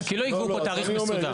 כי לא יגעו בתאריך מסודר.